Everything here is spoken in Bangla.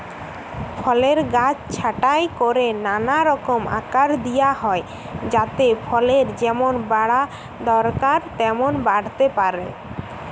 ফলের গাছ ছাঁটাই কোরে নানা রকম আকার দিয়া হয় যাতে ফলের যেমন বাড়া দরকার তেমন বাড়তে পারে